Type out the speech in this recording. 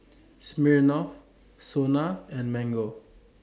Smirnoff Sona and Mango